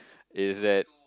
is that